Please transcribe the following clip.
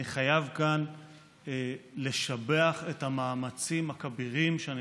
אני חייב כאן לשבח את המאמצים הכבירים שאני